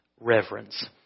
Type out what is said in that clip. reverence